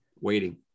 waiting